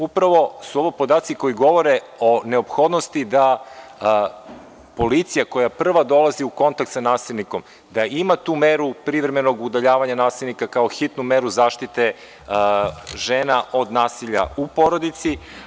Upravo su ovo podaci koji govore o neophodnosti da policija koja prva dolazi u kontakt sa nasilnikom da ima tu meru privremenog udaljavanja nasilnika kao hitnu meru zaštite žena od nasilja u porodici.